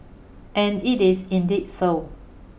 and it is indeed so